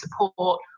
support